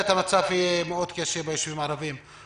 המצב יהיה מאוד קשה ביישובים הערבים.